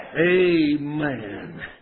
Amen